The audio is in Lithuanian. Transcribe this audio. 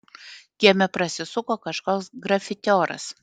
kieme prasisuko kažkoks grafitioras